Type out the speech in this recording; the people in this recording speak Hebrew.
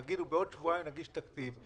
תגידו: בעוד שבועיים נגיש תקציב.